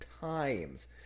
times